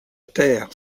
terre